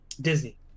Disney